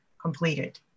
completed